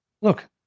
look